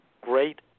great